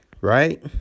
right